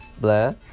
Blah